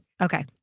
Okay